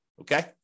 okay